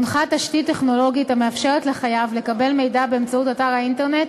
הונחה תשתית טכנולוגית המאפשרת לחייב לקבל מידע באמצעות אתר האינטרנט